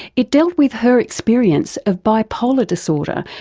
it dealt with her experience of bipolar disorder,